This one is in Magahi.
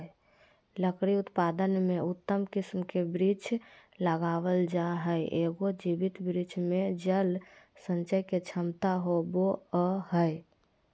लकड़ी उत्पादन में उत्तम किस्म के वृक्ष लगावल जा हई, एगो जीवित वृक्ष मे जल संचय के क्षमता होवअ हई